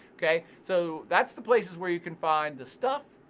okay? so, that's the places where you can find the stuff